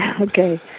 Okay